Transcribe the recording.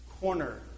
corner